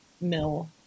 mill